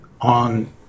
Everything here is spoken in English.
on